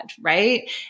right